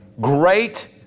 great